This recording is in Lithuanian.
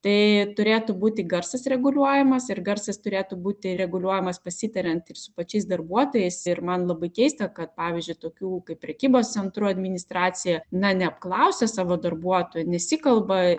tai turėtų būti garsas reguliuojamas ir garsas turėtų būti reguliuojamas pasitariant ir su pačiais darbuotojais ir man labai keista kad pavyzdžiui tokių kaip prekybos centrų administracija na neapklausė savo darbuotojų nesikalba